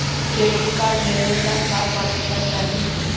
Credit card लेवेला का पात्रता चाही?